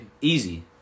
easy